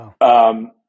Wow